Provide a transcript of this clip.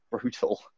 brutal